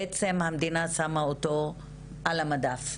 המדינה בעצם שמה אותו על המדף,